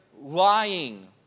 lying